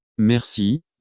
Merci